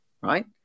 right